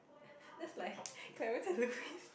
that's like Carousell away